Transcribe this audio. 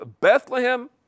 Bethlehem